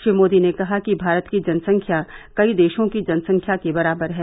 श्री मोदी ने कहा कि भारत की जनसंख्या कई देशों की जनसंख्या के बराबर है